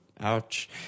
Ouch